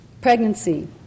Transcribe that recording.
pregnancy